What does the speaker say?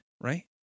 right